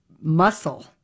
muscle